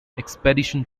expedition